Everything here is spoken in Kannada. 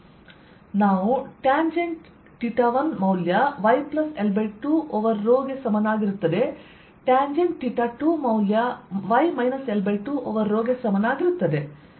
ನಾವು ಟ್ಯಾಂಜೆಂಟ್ 1 ಮೌಲ್ಯ yL2 ಓವರ್ ರೋ ಗೆ ಸಮನಾಗಿರುತ್ತದೆ ಟ್ಯಾಂಜೆಂಟ್ 2 ಮೌಲ್ಯ y L2 ಓವರ್ ರೋ ಗೆ ಸಮನಾಗಿರುತ್ತದೆ